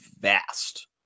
vast